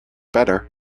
better